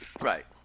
Right